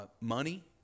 money